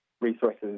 resources